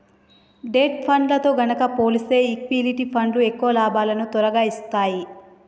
debt ఫండ్లతో గనక పోలిస్తే ఈక్విటీ ఫండ్లు ఎక్కువ లాభాలను తొరగా ఇత్తన్నాయి